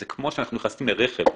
זה כמו שאנחנו נכנסים לרכב,